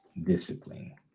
discipline